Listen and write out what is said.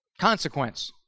Consequence